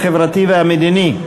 החברתי והמדיני.